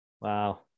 Wow